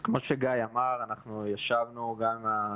כמו שגיא אמר, אנחנו ישבנו לדיונים.